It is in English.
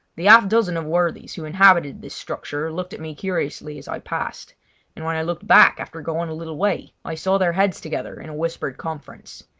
the half-dozen of worthies who inhabited this structure looked at me curiously as i passed and when i looked back after going a little way i saw their heads together in a whispered conference.